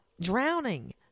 drowning